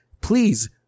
please